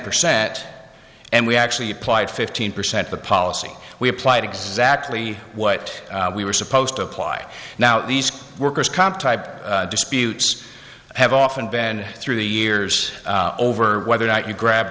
percent and we actually applied fifteen percent the policy we applied exactly what we were supposed to apply now these workers comp type disputes have often been through the years over whether or not you grab